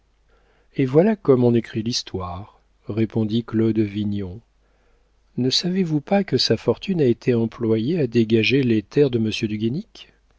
et voilà comme on écrit l'histoire répondit claude vignon ne savez-vous pas que sa fortune a été employée à dégager les terres de monsieur du